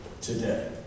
today